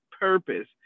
purpose